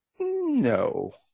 No